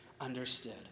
understood